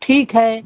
ठीक है